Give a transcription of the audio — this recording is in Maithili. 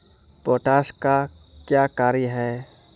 पोटास का क्या कार्य हैं?